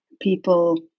people